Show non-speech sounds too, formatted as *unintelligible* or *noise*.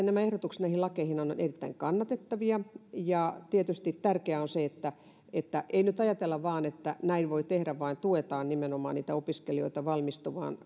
*unintelligible* nämä ehdotukset näihin lakeihin ovat erittäin kannatettavia ja tietysti tärkeää on se että että ei nyt ajatella vain että näin voi tehdä vaan nimenomaan tuetaan opiskelijoita valmistumaan *unintelligible*